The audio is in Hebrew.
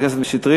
חבר הכנסת שטרית,